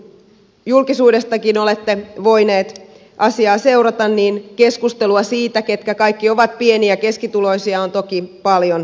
niin kuin julkisuudestakin olette voineet asiaa seurata keskustelua siitä ketkä kaikki ovat pieni ja keskituloisia on toki paljon käyty